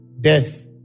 death